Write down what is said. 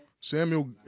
Samuel